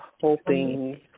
hoping